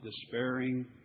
despairing